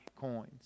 coins